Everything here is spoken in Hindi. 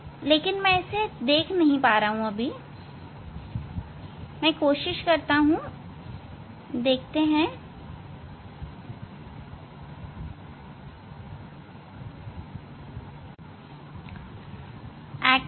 परंतु मैं इसे देख नहीं पा रहा मुझे देखने दे